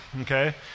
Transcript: okay